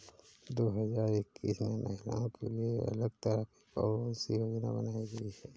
दो हजार इक्कीस में महिलाओं के लिए अलग तरह की कौन सी योजना बनाई गई है?